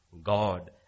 God